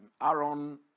aaron